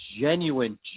genuine